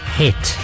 hit